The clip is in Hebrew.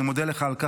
אני מודה לך על כך,